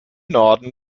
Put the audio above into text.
norden